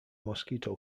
mosquito